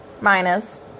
minus